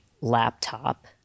laptop